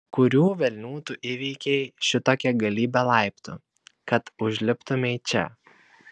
kurių velnių tu įveikei šitokią galybę laiptų kad užliptumei čia